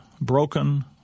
broken